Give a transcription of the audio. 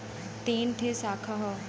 तीन ठे साखा हौ